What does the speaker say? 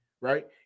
Right